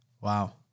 Wow